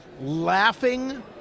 laughing